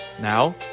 now